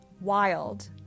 wild